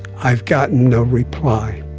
i've gotten no reply